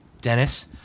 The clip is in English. Dennis